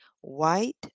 white